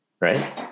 right